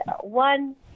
one